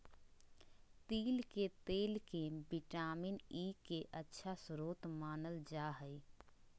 तिल के तेल के विटामिन ई के अच्छा स्रोत मानल जा हइ